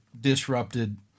disrupted